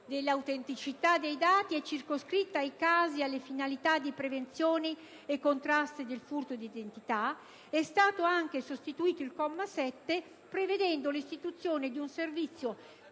dell'autenticità dei dati è circoscritta ai casi e alle finalità di prevenzione e contrasto del furto d'identità. È stato anche sostituito il comma 7, prevedendo l'istituzione di un servizio